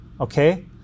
okay